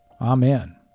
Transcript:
Amen